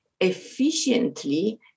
efficiently